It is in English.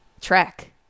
Track